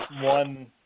one –